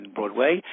Broadway